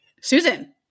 Susan